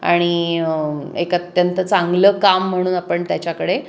आणि एक अत्यंत चांगलं काम म्हणून आपण त्याच्याकडे